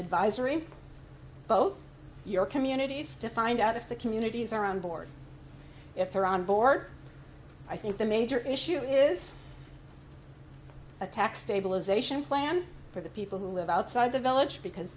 advisory vote your communities to find out if the communities are on board if they're on board i think the major issue is a tax stabilisation plan for the people who live outside the village because